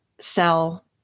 sell